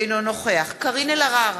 אינו נוכח קארין אלהרר,